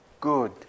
good